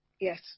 Yes